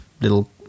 little